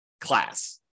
class